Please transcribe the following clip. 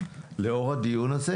לאור הדיון הזה,